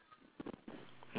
no